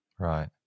Right